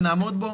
ונעמוד בו,